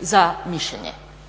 za mišljenje.